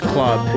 Club